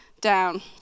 down